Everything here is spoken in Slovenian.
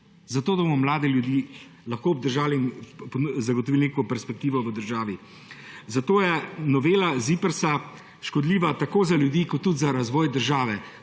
zato da bomo mlade ljudi lahko obdržali in zagotovili neko perspektivo v državi. Zato je novela ZIPRS škodljiva tako za ljudi kot tudi za razvoj države,